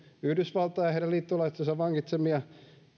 yhdysvaltain ja heidän liittolaistensa vangitsemiaan